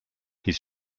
his